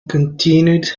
continued